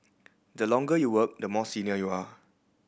the longer you work the more senior you are